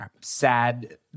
sad